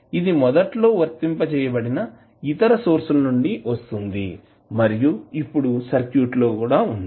ఇది మొదట్లో వర్తింపజేయబడిన ఇతర సోర్స్ ల నుండి వస్తుంది మరియు ఇప్పుడు సర్క్యూట్లో ఉంది